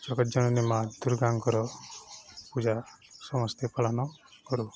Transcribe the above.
ଜଗତ ଜନନୀ ମା ଦୁର୍ଗାଙ୍କର ପୂଜା ସମସ୍ତେ ପାଳନ କରୁ